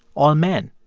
all men.